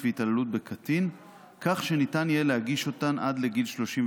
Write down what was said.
והתעללות בקטין כך שניתן יהיה להגיש אותן עד לגיל 35